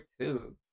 two